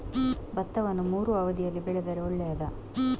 ಭತ್ತವನ್ನು ಮೂರೂ ಅವಧಿಯಲ್ಲಿ ಬೆಳೆದರೆ ಒಳ್ಳೆಯದಾ?